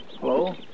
Hello